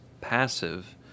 passive